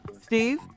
Steve